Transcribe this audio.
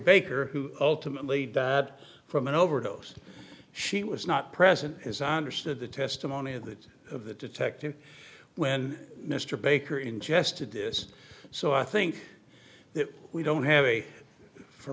baker who ultimately died from an overdose and she was not present as i understood the testimony of that of the detective when mr baker ingested this so i think that we don't have a for